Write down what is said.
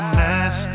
mess